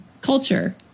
culture